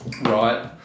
right